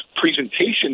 presentation